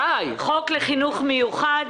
חוק לחינוך מיוחד,